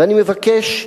ואני מבקש: